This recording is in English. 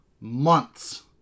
months